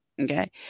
okay